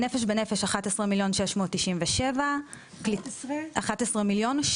נפש בנפש 11.697 מיליון,